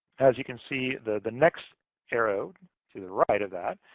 as you can see, the the next arrow to the right of that,